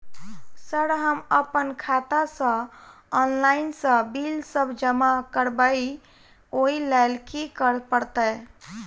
Sir हम अप्पन खाता सऽ ऑनलाइन सऽ बिल सब जमा करबैई ओई लैल की करऽ परतै?